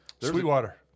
Sweetwater